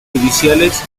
judiciales